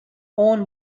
owned